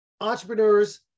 entrepreneurs